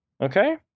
okay